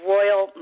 Royal